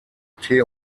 tee